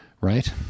Right